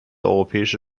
europäische